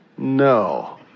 No